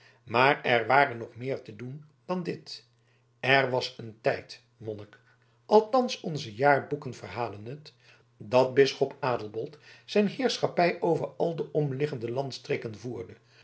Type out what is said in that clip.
maar er ware nog meer te doen dan dit er was een tijd monnik althans onze jaarboeken verhalen het dat bisschop adelbold zijn heerschappij over al de omliggende landstreken voerde